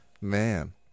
Man